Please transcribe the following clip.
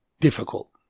difficult